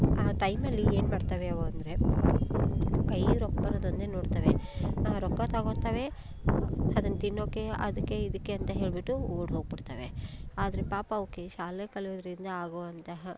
ಆ ಟೈಮಲ್ಲಿ ಏನು ಮಾಡ್ತವೆ ಅವು ಅಂದರೆ ಕೈಗೆ ರೊಕ್ಕ ಬರೋದು ಒಂದೇ ನೋಡ್ತವೆ ಆ ರೊಕ್ಕ ತಗೊತವೆ ಅದನ್ನ ತಿನ್ನೋಕ್ಕೆ ಅದಕ್ಕೆ ಇದಕ್ಕೆ ಅಂತ ಹೇಳಿಬಿಟ್ಟು ಓಡಿ ಹೋಗಿಬಿಡ್ತವೆ ಆದರೆ ಪಾಪ ಅವಕ್ಕೆ ಶಾಲೆ ಕಲಿಯೋದರಿಂದ ಆಗುವಂತಹ